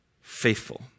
faithful